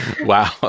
wow